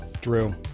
drew